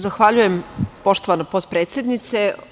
Zahvaljujem poštovana potpredsednice.